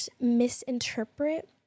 misinterpret